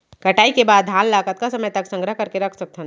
कटाई के बाद धान ला कतका समय तक संग्रह करके रख सकथन?